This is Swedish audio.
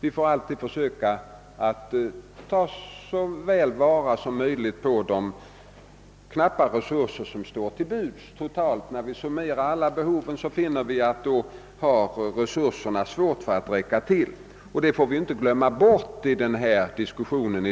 Vi måste alltid försöka att så väl som möjligt fördela de knappa resurser som står till buds totalt sett. När vi summerar alla behoven är det alltid svårt att få resurserna att räcka till. Det får vi inte glömma bort i denna diskussion.